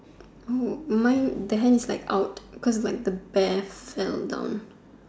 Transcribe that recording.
Oh mine the hand is like out cause like the bear fell down